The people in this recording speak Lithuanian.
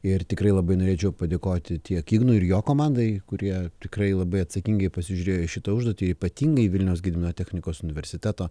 ir tikrai labai norėčiau padėkoti tiek ignui ir jo komandai kurie tikrai labai atsakingai pasižiūrėjo į šitą užduotį ir ypatingai vilniaus gedimino technikos universiteto